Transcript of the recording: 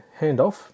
handoff